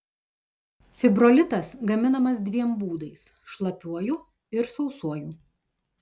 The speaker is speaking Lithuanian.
fibrolitas gaminamas dviem būdais šlapiuoju ir sausuoju